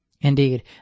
Indeed